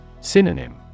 Synonym